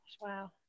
wow